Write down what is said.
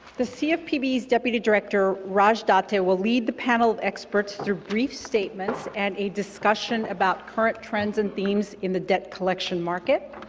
the cfpb's deputy director, raj date, will lead the panel of experts through brief statements and a discussion about current trends and themes in the debt collection market.